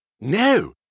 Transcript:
No